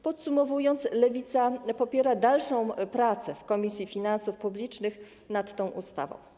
Podsumowując, Lewica popiera dalszą pracę w Komisji Finansów Publicznych nad tą ustawą.